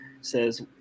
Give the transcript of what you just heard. says-